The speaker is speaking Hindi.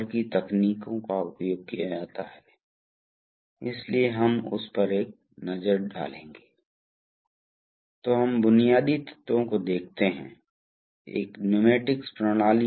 एकल एक्टिंग यह एक एकल एक्टिंग सिलेंडर है इसलिए यदि आप पंप से कुछ दबाव डालते हैं तो यह ऊपर जाएगा यह एक बल पैदा करेगा इसलिए यह ऊपर जाएगा ताकि पावर स्ट्रोक ऊपर जाए